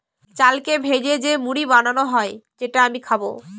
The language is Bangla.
চালকে ভেজে যে মুড়ি বানানো হয় যেটা আমি খাবো